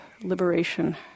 liberation